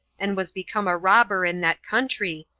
and was become a robber in that country,